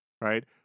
Right